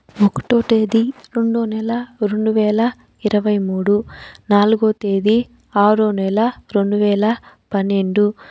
ఒకటో తేదీ రెండో నెల రెండు వేల ఇరవై మూడు నాల్గవ తేదీ ఆరో నెల రెండు వేల పన్నెండు